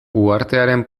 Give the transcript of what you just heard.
uhartearen